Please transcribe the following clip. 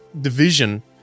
division